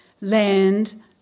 Land